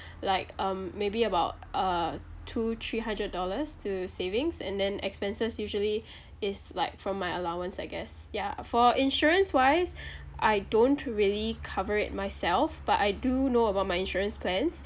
like um maybe about uh two three hundred dollars to savings and then expenses usually is like from my allowance I guess ya for insurance wise I don't really cover it myself but I do know about my insurance plans